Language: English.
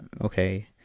okay